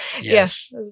Yes